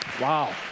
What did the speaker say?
wow